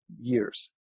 years